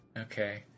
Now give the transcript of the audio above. Okay